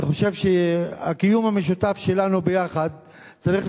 אני חושב שהקיום המשותף שלנו ביחד צריך